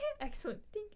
Excellent